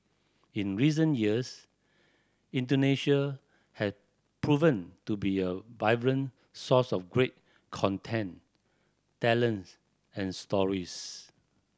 in recent years Indonesia has proven to be a vibrant source of great content and stories